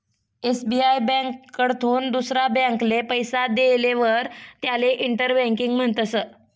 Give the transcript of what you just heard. SBI ब्यांककडथून दुसरा ब्यांकले पैसा देयेलवर त्याले इंटर बँकिंग म्हणतस